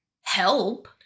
help